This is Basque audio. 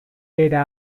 era